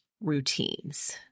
routines